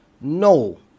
No